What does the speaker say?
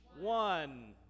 one